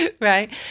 right